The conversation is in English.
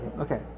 Okay